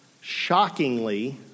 shockingly